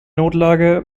notlage